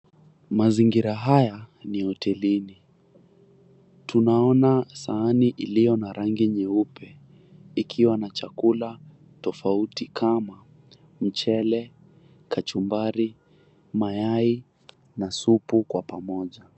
Mazingira haya ni hotelini. Tunaona sahani iliyo na rangi nyeupe ikiwa na chakula tofauti kama, mchele, kachumbari, mayai na supu kwa pamoja.